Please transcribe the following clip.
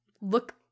look